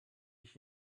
ich